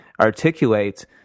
articulate